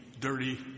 dirty